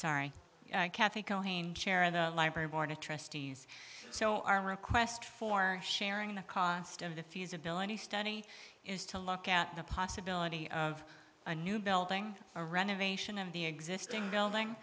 sorry kathy cocain chair of the library board of trustees so our request for sharing the cost of the feasibility study is to look at the possibility of a new building a renovation of the existing building